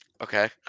Okay